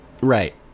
right